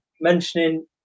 mentioning